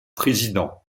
président